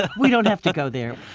ah we don't have to go there.